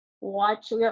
watch